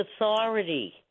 Authority